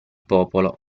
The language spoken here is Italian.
popolo